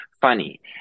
funny